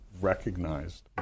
recognized